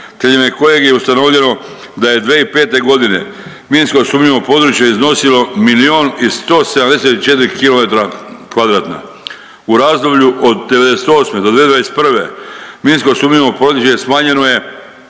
temeljem koje je ustanovljeno da je 2005. g. minsko sumnjivo područje iznosilo 1 174 000 kilometra kvadratna. U razdoblju od '98. do 2021. minsko sumnjivo područje smanjeno je